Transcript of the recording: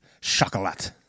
Chocolat